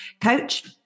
coach